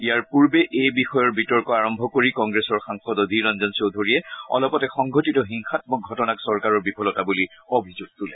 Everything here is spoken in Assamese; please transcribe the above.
ইয়াৰ পূৰ্বে এই বিষয়ৰ বিতৰ্ক আৰম্ভ কৰি কংগ্ৰেছৰ সাংসদ অধীৰ ৰঞ্জন চৌধূৰীয়ে অলপতে সংঘটিত হিংসামক ঘটনাক চৰকাৰৰ বিফলতা বুলি অভিযোগ তোলে